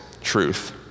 truth